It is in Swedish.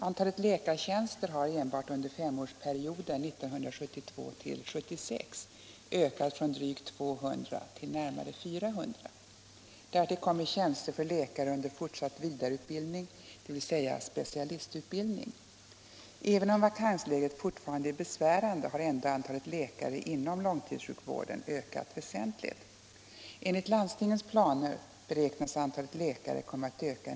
Antalet läkartjänster har enbart under femårsperioden 1972-1976 ökat från drygt 200 till närmare 400. Därtill kommer tjänster för läkare under fortsatt vidareutbildning, dvs. specialistutbildning. Även om vakansläget fortfarande är besvärande har ändå antalet läkare inom långtidssjukvården ökat väsentligt. Enligt landstingens planer beräknas antalet läkare komma att öka.